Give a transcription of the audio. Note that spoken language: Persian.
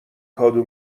کادو